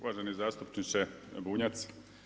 Uvaženi zastupniče Bunjac.